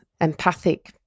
empathic